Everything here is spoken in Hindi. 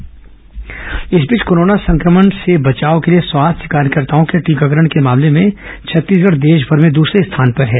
छत्तीसगढ़ टीकाकरण स्थान इस बीच कोरोना संक्रमण से बचाव के लिए स्वास्थ्य कार्यकर्ताओं के टीकाकरण के मामले में छत्तीसगढ़ देशमर में दसरे स्थान पर हैं